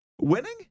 Winning